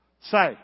Say